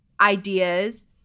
ideas